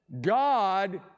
God